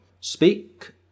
Speak